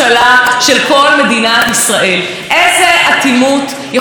כששתי נשים נרצחות בהפרש של שלושה ימים: ברביעי בלילה,